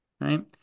right